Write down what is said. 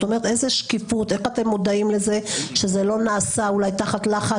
איך אתם מוודאים שזה לא נעשה אולי תחת לחץ?